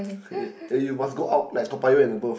eh and you must go out like Toa-Payoh and above